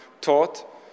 taught